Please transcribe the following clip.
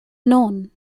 known